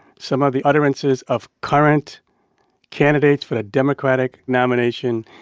some of the utterances of current candidates for the democratic nomination,